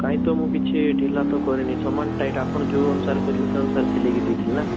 କାହିଁ ତ ମୁଁ କିଛି ଢିଲା ତ କରନି ସମାନ ଟାଇଟ୍ ଆପଣ ଯେଉଁ ଅନୁସାରେ କହିଥିଲେ ସେ ଅନୁସାରେ ସିଲାଇକି ଦେଇଥିଲି ନା